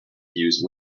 use